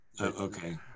Okay